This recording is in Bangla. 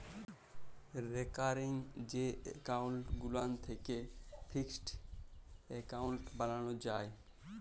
রেকারিং যে এক্কাউল্ট গুলান থ্যাকে ফিকসেড এক্কাউল্ট বালালো যায়